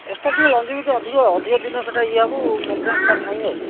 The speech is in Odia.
ଏକ୍ସଟ୍ରା ଟିକିଏ ଲଞ୍ଜିଭିଟି ଅଧିକ ଅଧିକ ଦିନ ସେଇଟା ଇଏ ହବ ମେଣ୍ଟେନାନ୍ସ ତାର ନାହିଁ ଆଉ